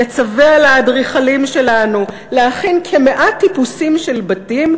נצווה על האדריכלים שלנו להכין כמאה טיפוסים של בתים,